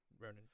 Ronan